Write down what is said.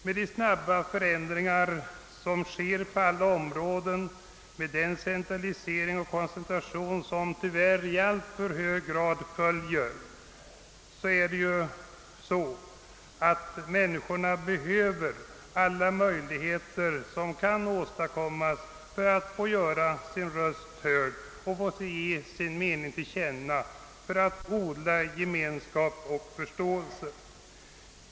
Med de snabba förändringar som sker på alla områden, med den centralisering och koncentra tion som tyvärr i alltför hög grad följer, behöver människorna alla de möjligheter som kan åstadkommas för att få göra sin röst hörd och ge sin mening till känna för att därigenom odla gemenskap och förståelse.